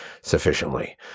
sufficiently